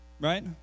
right